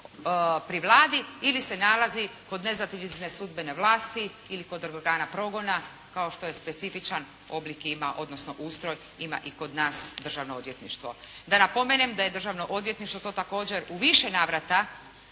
pri Vladi, ili se nalazi kod …/Govornik se ne razumije./… sudbene vlasti ili kod organa progona kao što je specifičan oblik ima, odnosno ustroj ima i kod nas državno odvjetništvo. Da napomenem da je državno odvjetništvo to također u više navrata